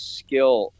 skill